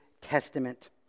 Testament